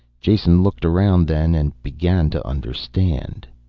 jason looked around then and began to understand.